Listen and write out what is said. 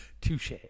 Touche